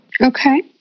okay